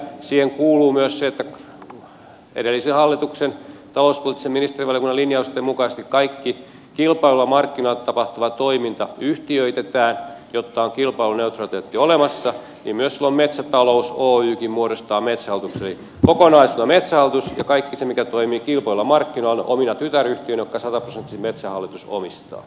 siihen kuuluu myös se että edellisen hallituksen talouspoliittisen ministerivaliokunnan linjausten mukaisesti kaikki kilpailuilla markkinoilla tapahtuva toiminta yhtiöitetään jotta on kilpailuneutraliteetti olemassa joten silloin myös metsätalous oykin muodostaa metsähallituksen eli kokonaisuutena metsähallitus ja kaikki se mikä toimii kilpailuilla markkinoilla omina tytäryhtiöinään jotka metsähallitus sataprosenttisesti omistaa